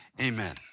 Amen